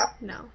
No